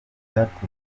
byaturutse